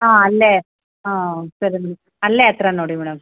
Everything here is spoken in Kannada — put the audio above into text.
ಹಾಂ ಅಲ್ಲೇ ಹಾಂ ಸರಿ ಮ್ಯಾಮ್ ಅಲ್ಲೇ ಹತ್ರ ನೋಡಿ ಮೇಡಮ್